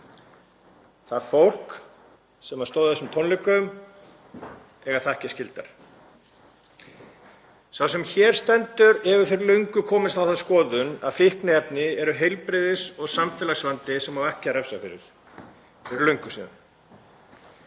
Það fólk sem stóð að þessum tónleikum á þakkir skildar. Sá sem hér stendur hefur fyrir löngu komist á þá skoðun að fíkniefni séu heilbrigðis- og samfélagsvandi sem á ekki að refsa fyrir — fyrir löngu síðan.